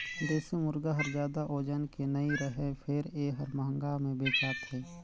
देसी मुरगा हर जादा ओजन के नइ रहें फेर ए हर महंगा में बेचाथे